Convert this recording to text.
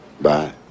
bye